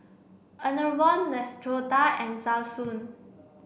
Enervon Neostrata and Selsun